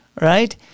right